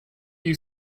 you